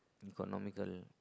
economical